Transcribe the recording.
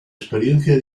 experiencia